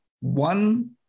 one